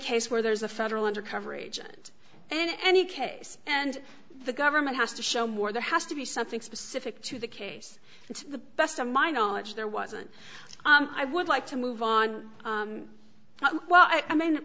case where there's a federal undercover agent and any case and the government has to show more there has to be something specific to the case to the best of my knowledge there wasn't i would like to move on well i mean